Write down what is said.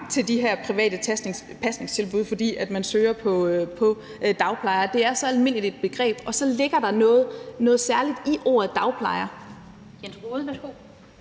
til de her private pasningstilbud, fordi man søger på dagplejer. Det er så almindeligt et begreb, og så ligger der noget særligt i ordet dagplejer.